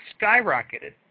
skyrocketed